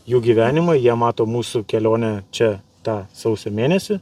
jų gyvenimą jie mato mūsų kelionę čia tą sausio mėnesį